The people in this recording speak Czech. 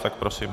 Tak prosím.